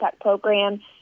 program